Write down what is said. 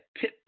pip